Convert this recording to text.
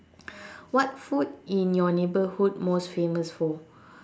what food in your neighbourhood most famous for